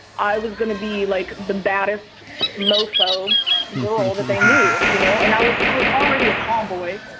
i was going to be like the baddest mofo that they knew, you know, and i was i was already a tomboy.